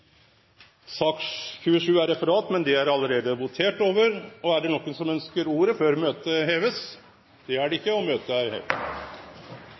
Sak nr. 27 er Referat, men det blei votert over sak nr. 27 ved starten av møtet i dag. Ber nokon om ordet før møtet blir avslutta? – Det er det ikkje, og møtet er